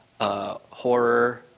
Horror